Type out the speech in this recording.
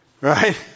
right